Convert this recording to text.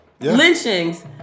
lynchings